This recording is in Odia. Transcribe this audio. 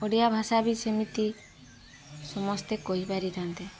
ଓଡ଼ିଆ ଭାଷା ବି ସେମିତି ସମସ୍ତେ କହିପାରିଥାନ୍ତେ